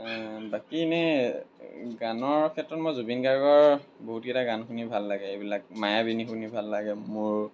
বাকী এনেই গানৰ ক্ষেত্ৰত মই জুবিন গাৰ্গৰ বহুতকেইটা গান শুনি ভাল লাগে এইবিলাক মায়াবিনী শুনি ভাল লাগে মোৰ